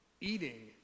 eating